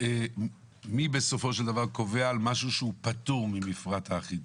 מי בסופו של דבר קובע על משהו שהוא פטור מהמפרט האחיד?